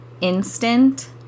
instant